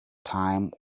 time